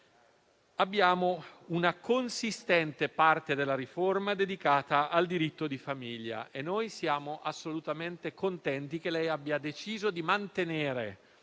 Abbiamo una consistente parte della riforma dedicata al diritto di famiglia, e siamo assolutamente contenti che lei abbia deciso di mantenere